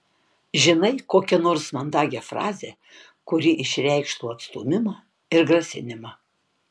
žinai kokią nors mandagią frazę kuri išreikštų atstūmimą ir grasinimą